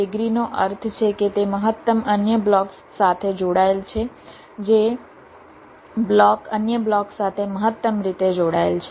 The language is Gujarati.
ડિગ્રીનો અર્થ છે કે તે મહત્તમ અન્ય બ્લોક્સ સાથે જોડાયેલ છે જે બ્લોક અન્ય બ્લોક્સ સાથે મહત્તમ રીતે જોડાયેલ છે